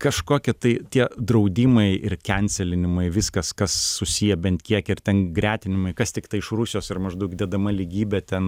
kažkokia tai tie draudimai ir kencialinimai viskas kas susiję bent kiek ir ten gretinimai kas tiktai iš rusijos yra maždaug dedama lygybė ten